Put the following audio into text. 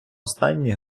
останні